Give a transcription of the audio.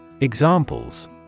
Examples